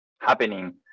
happening